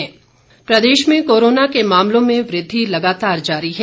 Himachal corona Pradesh में corona के मामलों में वृद्धि लगातार जारी है